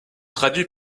traduit